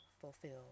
fulfilled